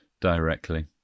directly